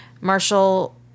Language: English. Marshall